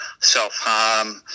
self-harm